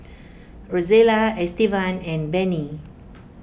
Rozella Estevan and Bennie